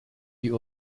die